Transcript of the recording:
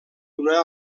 una